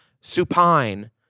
supine